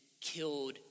killed